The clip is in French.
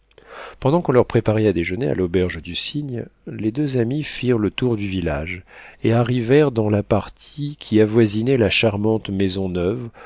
pendant qu'on leur préparait à déjeuner à l'auberge du cygne les deux amis firent le tour du village et arrivèrent dans la partie qui avoisinait la charmante maison neuve